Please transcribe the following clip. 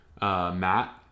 Matt